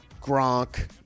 Gronk